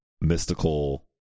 mystical